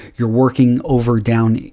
youire working over down, you